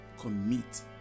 commit